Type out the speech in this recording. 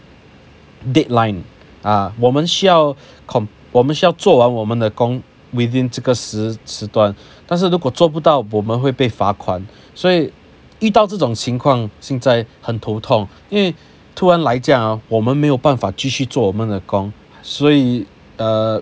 deadline ah 我们需要 comm~ 我们需要做完我们的工 within 这个时断但是如果做不到我们会被罚款所以遇到这种情况现在很头痛因为突然来这样我们没有办法继续做我们的工所以 err